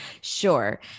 Sure